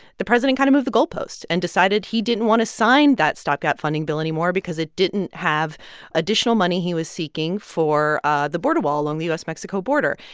the president kind of moved the goal posts and decided he didn't want to sign that stopgap funding bill anymore because it didn't have additional money he was seeking for ah the border wall along the u s mexico border.